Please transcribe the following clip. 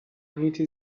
محیط